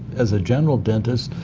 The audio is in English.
as a general dentist,